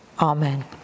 Amen